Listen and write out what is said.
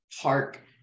park